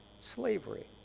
slavery